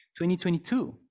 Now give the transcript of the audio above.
2022